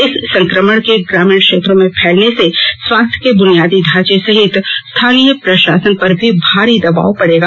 इस संक्रमण के ग्रामीण क्षेत्रों में फैलने से स्वास्थ्य के बुनियादी ढांचे सहित स्थानीय प्रशासन पर भी भारी दबाव पड़ेगा